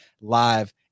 live